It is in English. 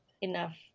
enough